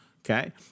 Okay